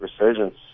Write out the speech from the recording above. resurgence